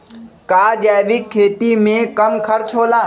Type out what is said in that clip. का जैविक खेती में कम खर्च होला?